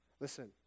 Listen